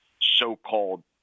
so-called